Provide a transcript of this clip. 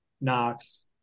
Knox